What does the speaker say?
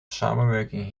samenwerking